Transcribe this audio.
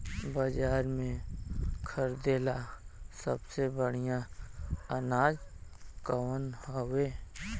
बाजार में खरदे ला सबसे बढ़ियां अनाज कवन हवे?